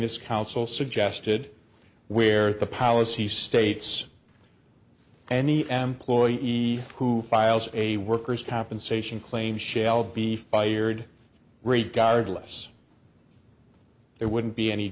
fs counsel suggested where the policy states any employee who files a workers compensation claim shall be fired regard less there wouldn't be any